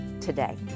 today